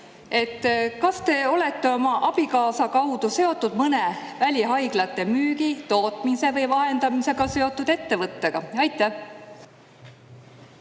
Kas te olete oma abikaasa kaudu seotud mõne välihaiglate müügi, tootmise või vahendamisega seotud ettevõttega? Mulle